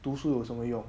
读书有什么用